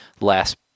last